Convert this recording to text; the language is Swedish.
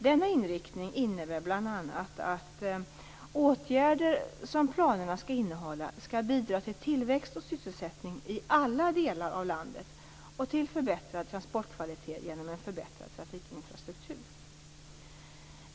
Denna inriktning innebär bl.a. att de åtgärder som planerna skall innehålla skall bidra till tillväxt och sysselsättning i alla delar av landet och till förbättrad transportkvalitet genom en förbättrad trafikinfrastruktur.